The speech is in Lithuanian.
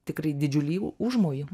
tikrai didžiulį užmojį